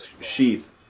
sheath